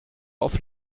auf